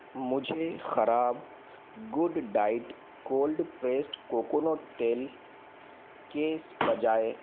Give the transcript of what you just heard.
मुझे ख़राब गुडडाईट कोल्ड प्रेस्ड कोकोनट तेल बजाए